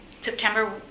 September